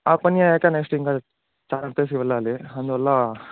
ఆ పని అయితే నెక్స్ట్ ఇంకా చాలా ప్లేస్లకి వెళ్ళాలి అందువల్ల